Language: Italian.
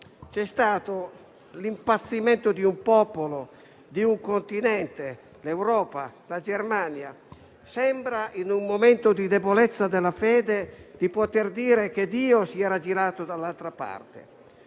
C'è stato l'impazzimento di un popolo, un Continente - l'Europa - e della Germania. In un momento di debolezza della fede sembra di poter dire che Dio si era girato dall'altra parte.